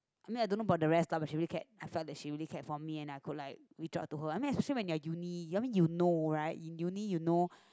I mean I don't know about the rest lah but she really cared I felt that she really cared for me and I could like reach out to her I mean especially you're uni I mean you know right in uni you know